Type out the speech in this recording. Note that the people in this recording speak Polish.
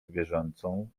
zwierzęcą